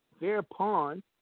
thereupon